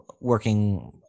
working